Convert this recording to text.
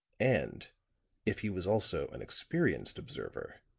and if he was also an experienced observer